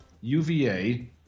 UVA